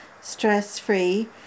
stress-free